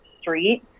street